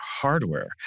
Hardware